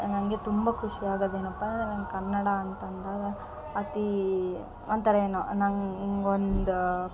ನಂಗೆ ತುಂಬ ಖುಷಿಯಾಗದ್ ಏನಪ್ಪಾ ನಂಗೆ ಕನ್ನಡ ಅಂತ ಅಂದಾಗ ಅತೀ ಒಂಥರ ಏನೋ ನಂಗೆ ಒಂದು